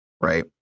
right